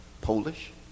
Polish